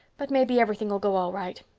but maybe everything'll go all right.